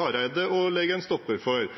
Hareide å sette en stopper for.